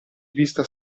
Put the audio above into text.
vista